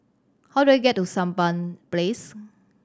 how do I get to Sampan Place